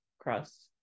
crust